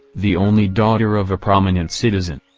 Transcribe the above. the only daughter of a prominent citizen.